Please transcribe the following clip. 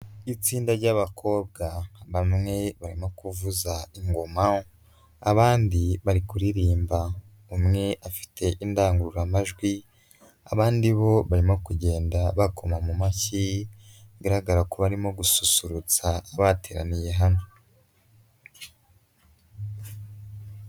Itsinda ry'abakobwa bamwe barimo kuvuza ingoma, abandi bari kuririmba. Umwe afite indangururamajwi, abandi bo barimo kugenda bakoma mu mashyi, bigaragara ko barimo gususurutsa bateraniye hamwe.